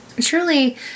truly